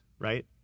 right